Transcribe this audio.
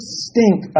stink